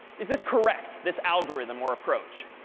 is this correct this algorithm or approach?